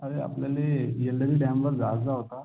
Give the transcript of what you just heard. अरे आपल्याला येल्लरी डॅमवर जायचा होता